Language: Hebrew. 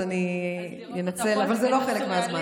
אז אני אנצל, אבל זה לא חלק מהזמן.